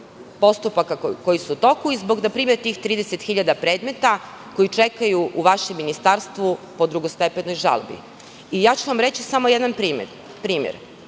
postupaka koji su u toku i zbog 30 hiljada predmeta koji čekaju u vašem ministarstvu po drugostepenoj žalbi. Reći ću vam samo jedan primer.